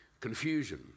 confusion